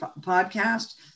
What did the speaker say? podcast